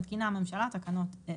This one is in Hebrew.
מתקינה הממשלה תקנות אלה: